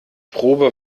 probe